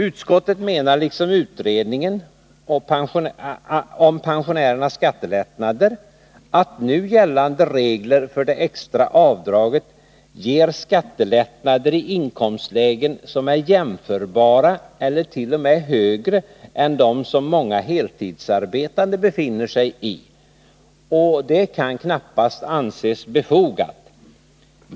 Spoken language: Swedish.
Utskottet menar liksom utredningen om pensionärernas skattelättnader att nu gällande regler för det extra avdraget ger skattelättnader i inkomstlägen som är jämförbara med eller t.o.m. högre än dem som många heltidsarbetande befinner sig i. Och det kan knappast anses befogat.